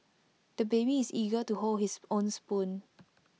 the baby is eager to hold his own spoon